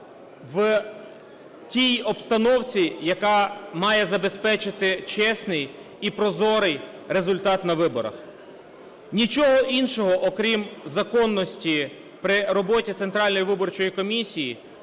в тій обстановці, яка має забезпечити чесний і прозорий результат на виборах. Нічого іншого окрім законності при роботі Центральної виборчої комісії